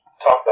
talk